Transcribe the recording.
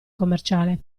commerciale